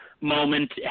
moment